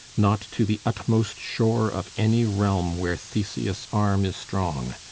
not to the utmost shore of any realm where theseus' arm is strong!